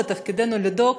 ותפקידנו לדאוג